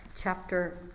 chapter